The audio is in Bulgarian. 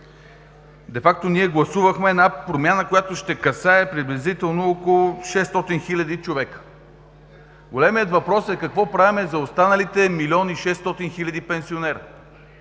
де факто ние гласувахме една промяна, която ще касае приблизително около 600 хил. човека. Големият въпрос е: какво правим за останалите 1 млн. 600 хил. пенсионери,